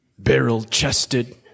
Barrel-chested